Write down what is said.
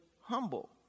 humble